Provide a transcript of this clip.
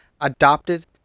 adopted